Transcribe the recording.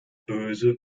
böse